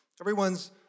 Everyone's